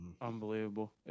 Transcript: unbelievable